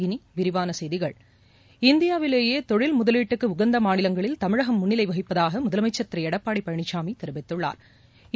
இனி விரிவான செய்திகள் இந்தியாவிலேயே தொழில் முதலீட்டுக்கு உகந்த மாநிலங்களில் தமிழகம் முன்னிலை வகிப்பதாக முதலமைச்சா் திரு எடப்பாடி பழனிசாமி தெரிவித்துள்ளாா்